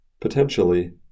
potentially